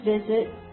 visit